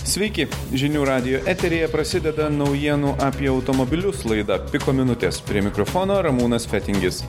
sveiki žinių radijo eteryje prasideda naujienų apie automobilius laida piko minutės prie mikrofono ramūnas fetingis